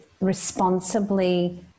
responsibly